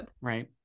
right